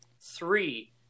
three